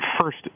first